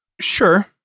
Sure